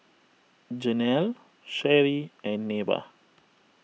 Janelle Sherry and Neva